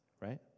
right